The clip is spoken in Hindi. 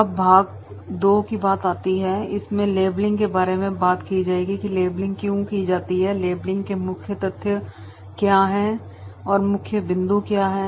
अब भाग दो की बात आती है इसमें लेबलिंग के बारे में बात की जाएगी की लेबलिंग क्यों की जाती है लेबलिंग के मुख्य तथ्य क्या है और मुख्य बिंदु क्या है